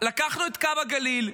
לקחנו את קו הגליל,